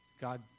God